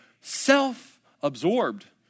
self-absorbed